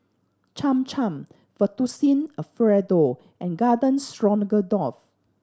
Cham Cham Fettuccine Alfredo and Garden Stroganoff